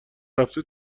رفته